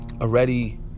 already